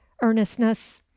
earnestness